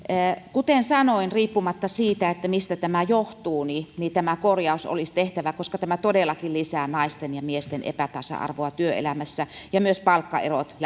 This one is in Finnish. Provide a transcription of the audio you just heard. kuten sanoin riippumatta siitä mistä tämä johtuu tämä korjaus olisi tehtävä koska tämä todellakin lisää naisten ja miesten epätasa arvoa työelämässä ja myös palkkaerot